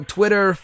Twitter